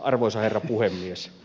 arvoisa herra puhemies